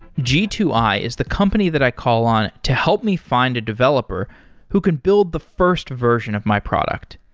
g two i is the company that i call on to help me find a developer who can build the first version of my product.